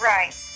Right